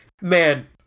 Man